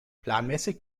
planmäßig